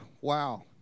Wow